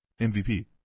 MVP